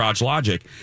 Logic